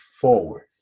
forward